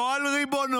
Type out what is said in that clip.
לא על ריבונות,